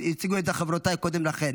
והציגו את זה חברותיי קודם לכן.